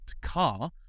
car